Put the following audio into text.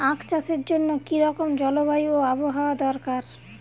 আখ চাষের জন্য কি রকম জলবায়ু ও আবহাওয়া দরকার?